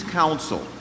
counsel